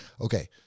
Okay